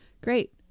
Great